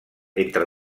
entre